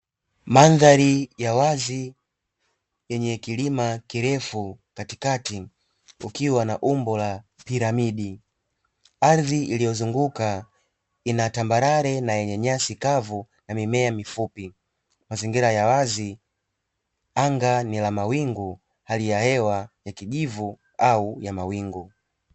Mandhari ya wazi yenye kilima kirefu, katikati kukiwa na umbo la piramidi. Ardhi iliyozunguka ina tambarare na yenye nyasi kavu na mimea mifupi. Mazingira ya wazi, anga ni la mawingu, hali ya hewa ya kijivu au ya mawingu.